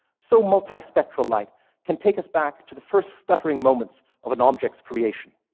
so multispectral light can take us back to the first stuttering moments of an object's creation.